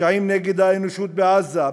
ופשעים נגד האנושות בעזה,